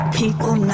people